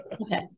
Okay